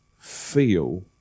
feel